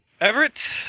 Everett